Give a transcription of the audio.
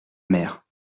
mère